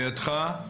לידך.